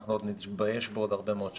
שאנחנו עוד נתבייש בו עוד הרבה מאוד שנים.